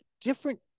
different